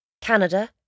Canada